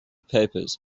papers